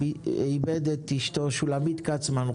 שאיבד את אשתו שולמית כצמן,